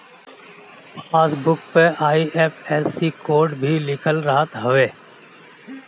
passbook पअ IFSC code भी लिखल रहत हवे